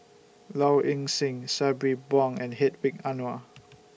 Low Ing Sing Sabri Buang and Hedwig Anuar